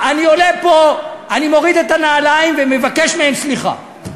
אני מוריד את הנעליים ומבקש מהם סליחה.